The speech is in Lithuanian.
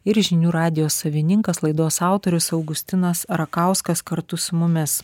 ir žinių radijo savininkas laidos autorius augustinas rakauskas kartu su mumis